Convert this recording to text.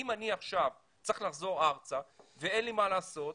אם אני עכשיו צריך לחזור ארצה ואין לי מה לעשות,